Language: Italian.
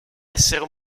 essere